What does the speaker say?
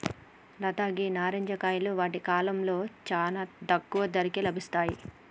లత గీ నారింజ కాయలు వాటి కాలంలో చానా తక్కువ ధరకే లభిస్తాయి